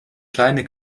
kleine